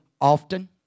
often